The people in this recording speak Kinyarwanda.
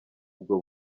ubwo